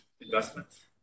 investments